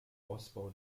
ausbau